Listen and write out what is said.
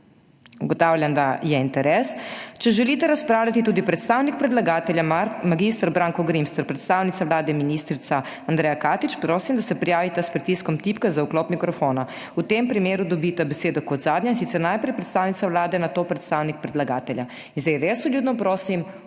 Ugotavljam, da je interes. Če želita razpravljati tudi predstavnik predlagatelja mag. Branko Grims ter predstavnica Vlade ministrica Andreja Katič, prosim, da se prijavita s pritiskom tipke za vklop mikrofona. V tem primeru dobita besedo kot zadnja, in sicer najprej predstavnica Vlade, nato predstavnik predlagatelja. In zdaj res vljudno prosim,